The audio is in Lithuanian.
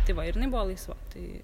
tai va ir jinai buvo laisva tai